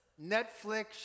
Netflix